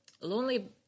lonely